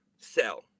sell